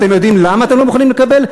אתם יודעים למה אתם לא מוכנים לקבל?